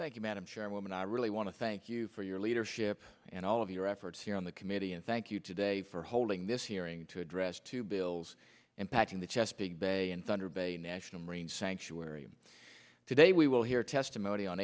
chairwoman i really want to thank you for your leadership and all of your efforts here on the committee and thank you today for holding this hearing to address two bills impacting the chesapeake bay and thunder bay national marine sanctuary today we will hear testimony on